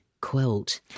quilt